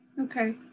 Okay